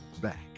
back